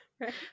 Right